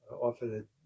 often